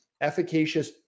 efficacious